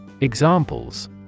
Examples